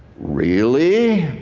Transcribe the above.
really?